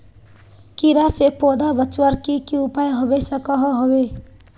कीड़ा से पौधा बचवार की की उपाय होबे सकोहो होबे?